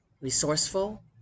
resourceful